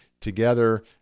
together